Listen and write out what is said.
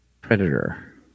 predator